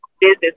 business